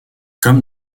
comme